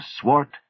swart